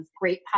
great